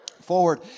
forward